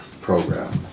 program